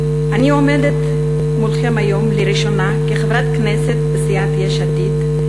אני עומדת מולכם היום לראשונה כחברת כנסת בסיעת יש עתיד,